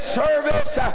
service